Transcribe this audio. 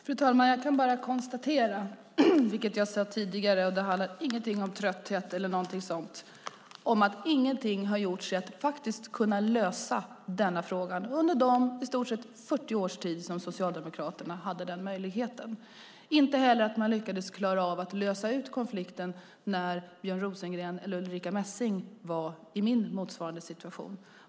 Fru talman! Jag kan bara konstatera, vilket jag har sagt tidigare - det handlar inte om trötthet eller liknande - att ingenting har gjorts för att försöka lösa denna fråga under de i stort sett 40 år som Socialdemokraterna hade den möjligheten. Man lyckades inte heller lösa konflikten när Björn Rosengren eller Ulrica Messing var i min situation.